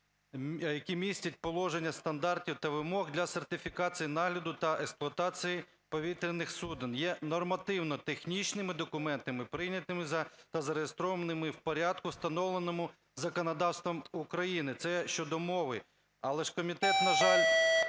які містять положення стандартів та вимог для сертифікації, нагляду та експлуатації повітряних суден, є нормативно-технічними документами, прийнятими та зареєстрованими в порядку, встановленому законодавством України". Це щодо мови, але ж комітет, на жаль,